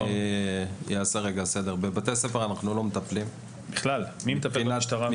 אני לא מדבר על ההורים,